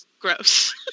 Gross